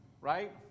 right